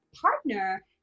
partner